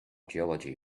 geology